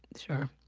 sure.